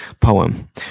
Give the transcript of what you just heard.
poem